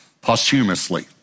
posthumously